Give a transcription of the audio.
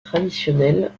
traditionnelle